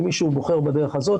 אם מישהו בוחר בדרך הזאת,